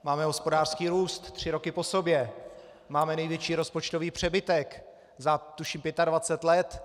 Máme hospodářský růst tři roky po sobě, máme největší rozpočtový přebytek, tuším, za 25 let.